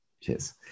Cheers